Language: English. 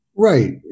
Right